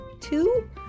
two